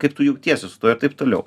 kaip tu jautiesi su tuo ir taip toliau